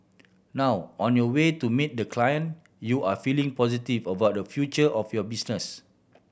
now on your way to meet the client you are feeling positive about the future of your business